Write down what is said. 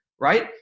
right